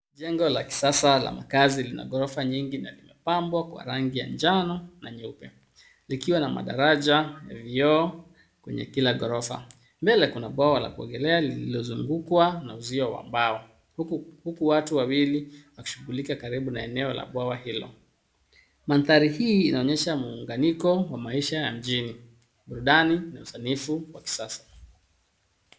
Jengo la kisasa la makazi lina ghorofa nyingi na limepambwa kwa rangi ya njano na nyeupe likiwa na madaraja, vioo kwenye kila ghorofa. Mbele kuna bwawa la kuogelea lililozungukwa na uzio wa mbao huku watu wawili wakishughulika karibu na eneo la bwawa hilo. Mandhari hii inaonyesha muunganiko wa maisha ya mjini burudani na usanifu wa kisasa.